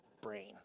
brain